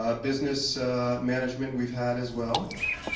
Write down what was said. ah business management we've had as well.